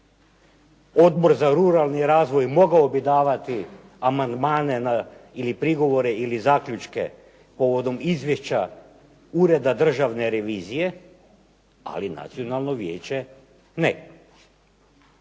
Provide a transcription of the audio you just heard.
Odbor za ruralni razvoj mogao bi davati amandmane ili prigovore ili zaključke povodom izvješća Ureda Državne revizije, ali Nacionalno vijeće ne.